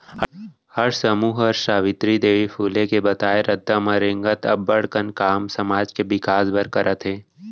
हमर समूह हर सावित्री देवी फूले के बताए रद्दा म रेंगत अब्बड़ कन काम समाज के बिकास बर करत हे